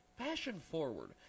fashion-forward